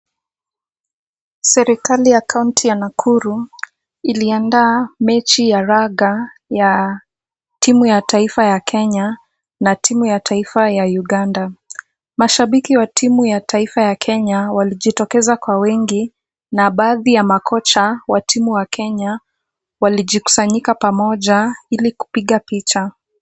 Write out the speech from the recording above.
Serikali ya kaunti ya Nakuru iliandaa mechi ya raga ya timu ya taifa ya Kenya na timu ya taifa ya Uganda. Mashabiki wa timu ya taifa ya Kenya walijitokeza kwa wingi na baadhi ya makocha wa timu wa Kenya walijikusanyika pamoja ili kupiga picha.